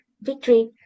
victory